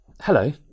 Hello